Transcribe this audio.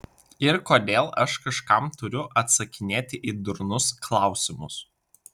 ir kodėl aš kažkam turiu atsakinėti į durnus klausimus